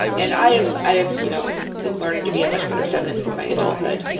and i have i have you know been learning to be a much better feminist in my adulthood.